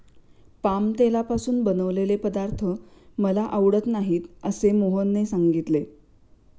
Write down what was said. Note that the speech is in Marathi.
पाम तेलापासून बनवलेले पदार्थ मला आवडत नाहीत असे मोहनने सांगितले